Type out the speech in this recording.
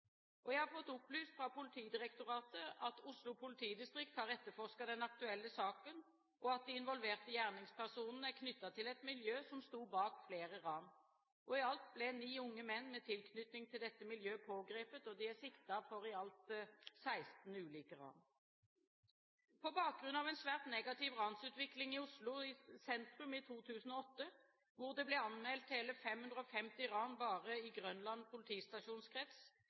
Jeg har fått opplyst fra Politidirektoratet at Oslo politidistrikt har etterforsket den aktuelle saken, og at de involverte gjerningspersonene ble knyttet til et miljø som sto bak flere ran. I alt ble ni unge menn med tilknytning til dette miljøet pågrepet, og de er siktet for i alt 16 ulike ran. På bakgrunn av en svært negativ ransutvikling i Oslo sentrum i 2008, hvor det ble anmeldt hele 550 ran bare i Grønland